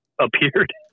appeared